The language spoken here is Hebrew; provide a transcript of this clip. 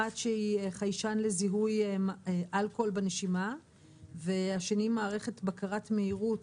אחת שהיא חיישן לזיהוי אלכוהול בנשימה והשני מערכת בקרת מהירות,